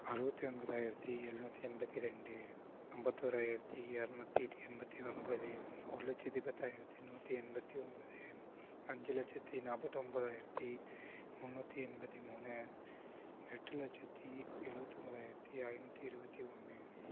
அறுவத்தி ஒன்பதாயிரத்தி எழுநூத்தி எண்பத்தி ரெண்டு ஐம்பத்தோராயிரத்தி இரநூத்தி எண்பத்தி ஒன்பது ஒரு லட்சத்தி பத்தாயிரத்தி நூற்றி எண்பத்தி ஒன்போது அஞ்சு லட்சத்தி நாற்பத்தொம்பதாயிரத்தி முன்னூற்ற்றி எண்பத்தி மூணு எட்டு லட்சத்தி எழுபத்தி ஒன்போதாயிரத்தி ஐநூற்றி இருபத்தி ஒன்று